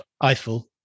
Eiffel